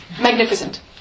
Magnificent